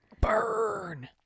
Burn